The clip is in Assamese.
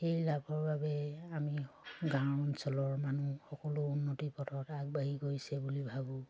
সেই লাভৰ বাবে আমি গাঁও অঞ্চলৰ মানুহ সকলো উন্নতি পথত আগবাঢ়ি গৈছে বুলি ভাবোঁ